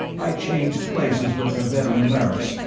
i changed places with the veteran lerrys,